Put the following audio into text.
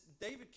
David